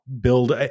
build